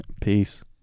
Peace